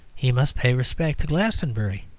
he must pay respect to glastonbury.